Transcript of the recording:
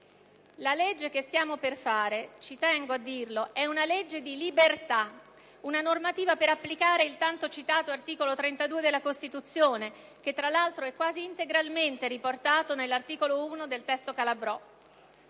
ci tengo a dirlo - è una legge di libertà, una normativa per applicare il tanto citato articolo 32 della Costituzione, che tra l'altro è quasi integralmente riportato nell'articolo 1 del testo Calabrò.